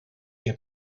que